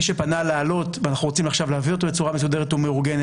מי שפנה לעלות ואנחנו רוצים עכשיו להביא אותו בצורה מסודרת ומאורגנת,